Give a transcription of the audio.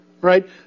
Right